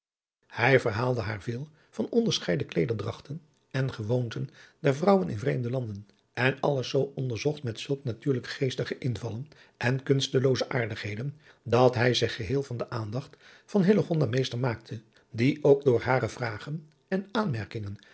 hij verhaalde haar veel van onderscheiden kleederdragten en gewoonten der vrouwen in vreemde landen en alles zoo ongezocht met zulke natuurlijk geestige invallen en kunstelooze aardigheden dat hij zich geheel van de aandacht van hillegonda meester maaakte die ook door hare vragen en aanmerkingen